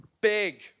big